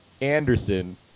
Anderson